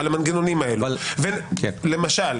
למשל,